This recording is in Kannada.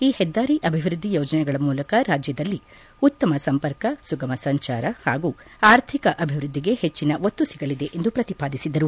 ಈ ಹೆದ್ದಾರಿ ಅಭಿವೃದ್ಧಿ ಯೋಜನೆಗಳ ಮೂಲಕ ರಾಜ್ಯದಲ್ಲಿ ಉತ್ತಮ ಸಂಪರ್ಕ ಸುಗಮ ಸಂಜಾರ ಹಾಗೂ ಆರ್ಥಿಕ ಅಭಿವೃದ್ಧಿಗೆ ಹೆಚ್ಚಿನ ಒತ್ತು ಸಿಗಲಿದೆ ಎಂದು ಪ್ರತಿಪಾದಿಸಿದರು